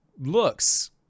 looks